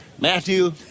Matthew